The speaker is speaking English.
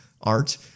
art